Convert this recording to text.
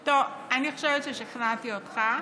טוב, אני חושבת ששכנעתי אותך,